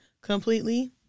completely